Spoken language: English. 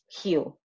heal